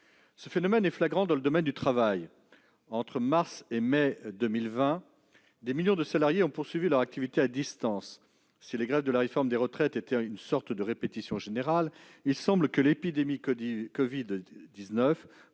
Ce phénomène est flagrant dans le domaine du travail. Entre mars et mai 2020, des millions de salariés ont poursuivi leur activité à distance. Si les grèves provoquées par la réforme des retraites ont été une sorte de répétition générale, il semble que l'épidémie de Covid-19